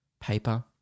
paper